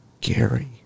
Gary